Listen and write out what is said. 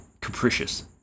capricious